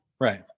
Right